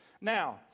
Now